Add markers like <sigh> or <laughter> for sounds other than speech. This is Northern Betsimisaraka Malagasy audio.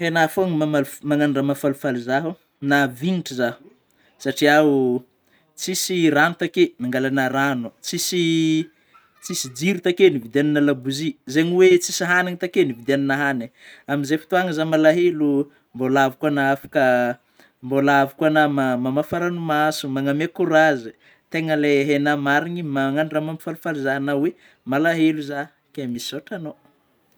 Haignà foagna mamaly f-manao raha mahafalifaly zaho na vignitry zaho, satrià oh tsisy rano takeo nangalana ragno, tsisy jiro takeo <noise> nividianana labozia, zany hoe tsisy hagniny takeo nividianagna haniny e!, amin'izay fotoagna zah malahelo oh mbola avy koa anao afaka, mbola avy koa agnao ma-mamafa ranomaso, magname courage, tegna lay enao marigny magnano raha mampifalifaly zaho na hoe malahelo zaho key misaota agnao.